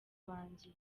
banjye